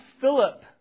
Philip